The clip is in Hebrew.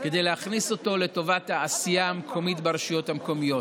כדי להכניס אותו לטובת העשייה המקומית ברשויות המקומיות.